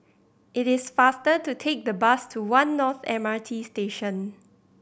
it is faster to take the bus to One North M R T Station